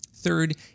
Third